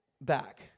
back